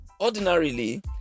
ordinarily